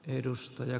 edustaja